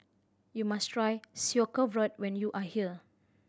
you must try Sauerkraut when you are here